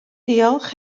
diolch